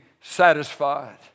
satisfied